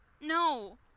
No